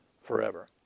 forever